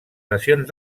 nacions